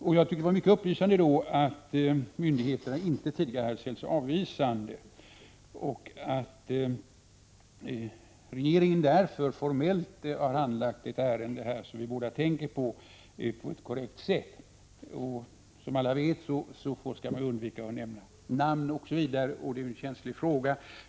Det var mycket upplysande att få höra att myndigheten inte tidigare har ställt sig avvisande och att regeringen därför på ett korrekt sätt har behandlat det ärende som vi båda tänker på. Som alla vet skall man undvika att nämna namn i en känslig fråga.